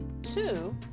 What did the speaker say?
Two